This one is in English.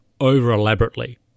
over-elaborately